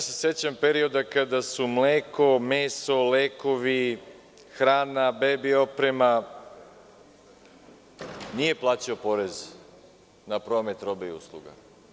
Sećam se perioda kada se za mleko, meso, lekovi, hrana, bebi opremu nije plaćao porez na promet robe i usluga.